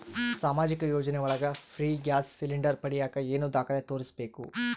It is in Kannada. ಸಾಮಾಜಿಕ ಯೋಜನೆ ಒಳಗ ಫ್ರೇ ಗ್ಯಾಸ್ ಸಿಲಿಂಡರ್ ಪಡಿಯಾಕ ಏನು ದಾಖಲೆ ತೋರಿಸ್ಬೇಕು?